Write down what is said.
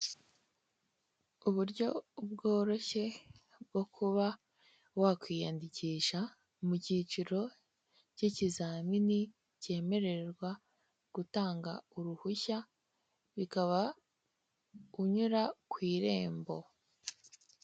Uburyo bworoshye bwo kuba wakwiyandikisha mu kiciro cy'ikizamini cyemererwa gutanga uruhushya bikaba unyura ku irembo.